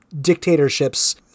dictatorships